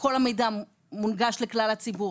כל המידע מונגש לכלל הציבור,